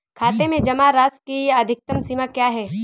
खाते में जमा राशि की अधिकतम सीमा क्या है?